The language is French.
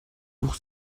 pour